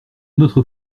notre